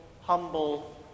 humble